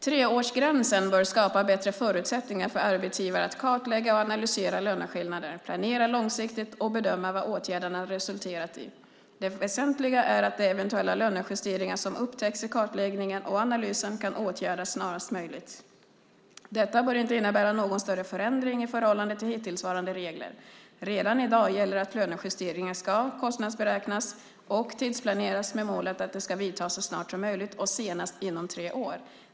Treårsgränsen bör skapa bättre förutsättningar för arbetsgivare att kartlägga och analysera löneskillnader, planera långsiktigt och bedöma vad åtgärderna resulterat i. Det väsentliga är att de eventuella lönejusteringar som upptäcks i kartläggningen och analysen kan åtgärdas snarast möjligt. Detta bör inte innebära någon större förändring i förhållande till hittillsvarande regler. Redan i dag gäller att lönejusteringar ska kostnadsberäknas och tidsplaneras med målet att de ska vidtas så snart som möjligt och senast inom tre år.